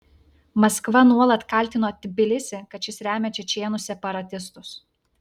maskva nuolat kaltino tbilisį kad šis remia čečėnų separatistus